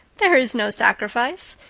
there is no sacrifice.